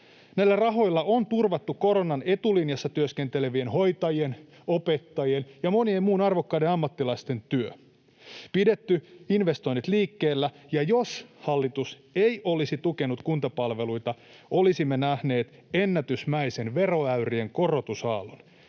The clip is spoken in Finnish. Näillä rahoilla on turvattu koronan etulinjassa työskentelevien hoitajien, opettajien ja monien muiden arvokkaiden ammattilaisten työ, pidetty investoinnit liikkeellä, ja jos hallitus ei olisi tukenut kuntapalveluita, olisimme nähneet ennätysmäisen veroäyrien korotusaallon.